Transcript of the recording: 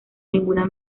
ninguna